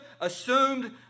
assumed